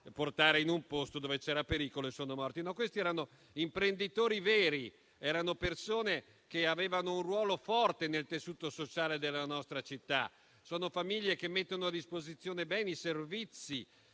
portare in un posto dove c'era pericolo e sono morti. No, questi erano imprenditori veri, persone che avevano un ruolo forte nel tessuto sociale della nostra città. Venivano da famiglie che mettono a disposizione beni e servizi